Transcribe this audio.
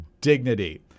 dignity